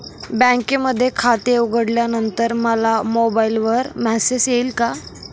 बँकेमध्ये खाते उघडल्यानंतर मला मोबाईलवर मेसेज येईल का?